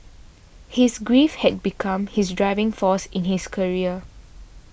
his grief had become his driving force in his career